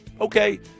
okay